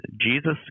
Jesus